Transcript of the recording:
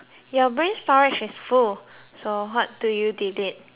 your brain storage is full so what do you delete